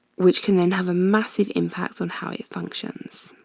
which can then have a massive impact on how it functions.